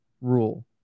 rule